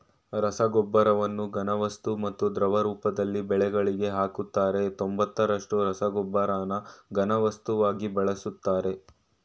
ರಸಗೊಬ್ಬರವನ್ನು ಘನವಸ್ತು ಮತ್ತು ದ್ರವ ರೂಪದಲ್ಲಿ ಬೆಳೆಗಳಿಗೆ ಹಾಕ್ತರೆ ತೊಂಬತ್ತರಷ್ಟು ರಸಗೊಬ್ಬರನ ಘನವಸ್ತುವಾಗಿ ಬಳಸ್ತರೆ